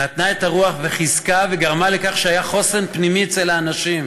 נתנה את הרוח וחיזקה וגרמה לכך שהיה חוסן פנימי אצל האנשים.